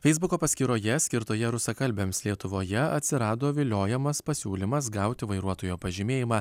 feisbuko paskyroje skirtoje rusakalbiams lietuvoje atsirado viliojamas pasiūlymas gauti vairuotojo pažymėjimą